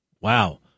Wow